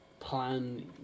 plan